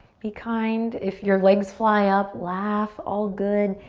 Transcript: be kind if your legs fly up. laugh, all good.